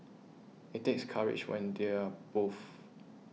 it takes courage when they are both